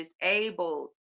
disabled